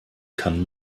kann